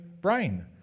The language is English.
brain